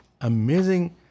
amazing